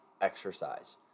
exercise